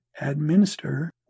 administer